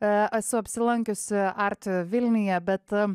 esu apsilankiusi art vilniuje bet